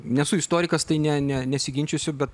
nesu istorikas tai ne ne nesiginčysiu bet